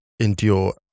endure